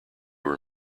were